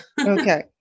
Okay